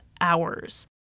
hours